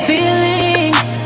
Feelings